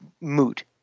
moot